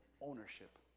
ownership